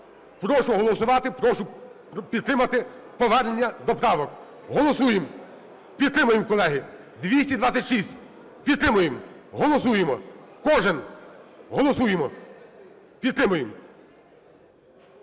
Прошу голосувати. Прошу підтримати повернення до правок. Голосуємо. Підтримаємо, колеги, 226. Підтримуємо, голосуємо. Кожен, голосуємо! Підтримуємо.